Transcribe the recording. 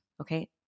Okay